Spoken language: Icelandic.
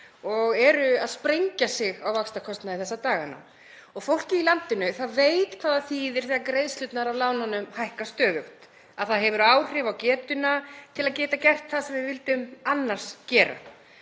og eru að sprengja sig á vaxtakostnaði þessa dagana. Fólkið í landinu veit hvað það þýðir þegar greiðslurnar af lánunum hækka stöðugt, að það hefur áhrif á getuna til að geta gert það sem við vildum annars gera.